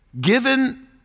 given